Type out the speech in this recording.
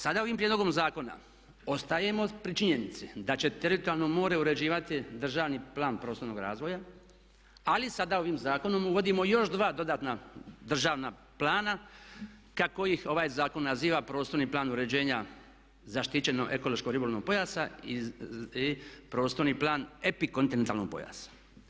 Sada ovim prijedlogom zakona ostajemo pri činjenici da će teritorijalno more uređivati državni plan prostornog razvoja ali sada ovim zakonom uvodimo još dva dodatna državna plana kako ih ovaj zakon naziva prostorni plan uređenja zaštićeno ekološko ribolovnog pojasa i prostorni plan epikontinentalnog pojasa.